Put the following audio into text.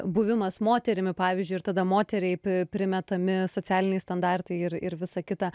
buvimas moterimi pavyzdžiui ir tada moteriai p primetami socialiniai standartai ir ir visa kita